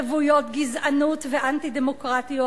רוויות גזענות ואנטי-דמוקרטיות,